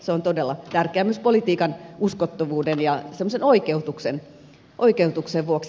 se on todella tärkeää myös politiikan uskottavuuden ja semmoisen oikeutuksen vuoksi